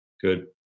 Good